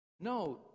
no